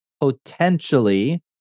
potentially